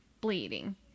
bleeding